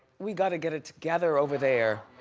we gotta get it together over there.